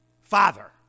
Father